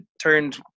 turned